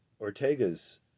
Ortega's